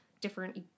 different